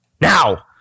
Now